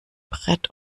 brett